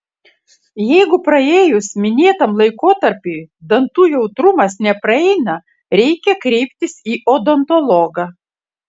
jeigu praėjus minėtam laikotarpiui dantų jautrumas nepraeina reikia kreiptis į odontologą